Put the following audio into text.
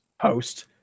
Post